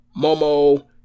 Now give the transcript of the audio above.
Momo